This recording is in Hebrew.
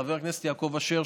חבר כנסת יעקב אשר,